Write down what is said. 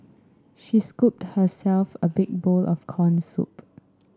she scooped herself a big bowl of corn soup